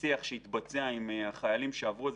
ושיח שהתבצע עם חיילים שעברו את זה.